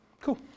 cool